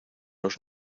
los